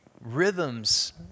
Rhythms